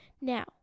Now